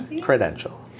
Credential